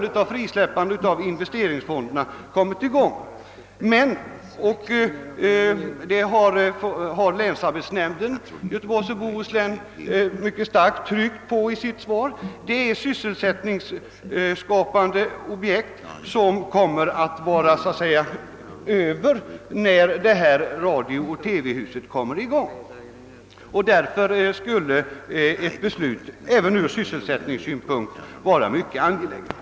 Dessa sysselsättningsskapande åtgärder kommer emellertid — det har länsarbetsnämnden i Göteborgs och Bohus län mycket starkt tryckt på i sitt svar — att vara över när detta radiooch TV-hus börjar byggas. Därför skulle ett beslut även från sysselsättningssynpunkt vara mycket angeläget.